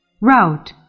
Route